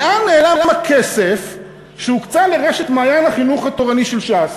לאן נעלם הכסף שהוקצה לרשת "מעיין החינוך התורני" של ש"ס,